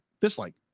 dislike